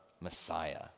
Messiah